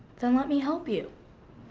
then let me help you.